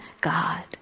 God